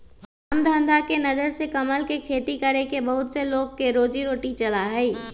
काम धंधा के नजर से कमल के खेती करके बहुत से लोग के रोजी रोटी चला हई